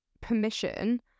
permission